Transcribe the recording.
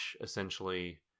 essentially